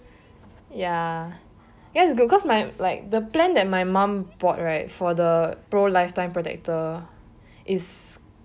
ya guess it's good cause my like the plan that my mum bought right for the pro lifetime protector is